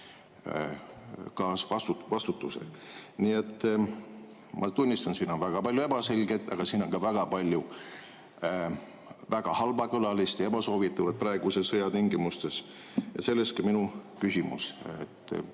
kaasvastutuse. Ma tunnistan, et siin on väga palju ebaselget, aga siin on ka väga palju väga halvakõlalist ja ebasoovitavat praeguse sõja tingimustes. Ja sellest ka minu küsimus: